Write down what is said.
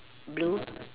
blue